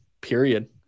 period